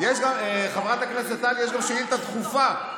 חברת הכנסת טלי, יש גם שאילתה דחופה,